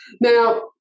Now